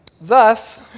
Thus